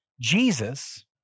Jesus